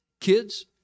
Kids